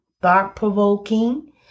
thought-provoking